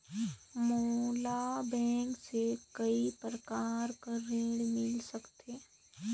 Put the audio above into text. मोला बैंक से काय प्रकार कर ऋण मिल सकथे?